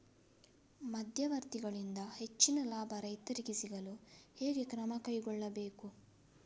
ಮಧ್ಯವರ್ತಿಗಳಿಂದ ಹೆಚ್ಚಿನ ಲಾಭ ರೈತರಿಗೆ ಸಿಗಲು ಹೇಗೆ ಕ್ರಮ ಕೈಗೊಳ್ಳಬೇಕು?